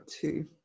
two